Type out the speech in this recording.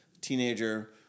teenager